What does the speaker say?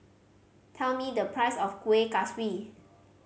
tell me the price of Kueh Kaswi